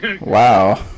Wow